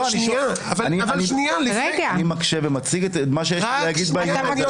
אני מקשה ומציג מה שיש לי להגיד בעניין הזה.